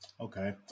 Okay